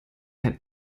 ein